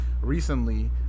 recently